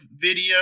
video